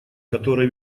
которые